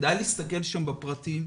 כדאי להסתכל שם בפרטים.